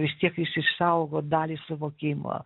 vis tiek jis išsaugo dalį suvokimo